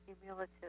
cumulative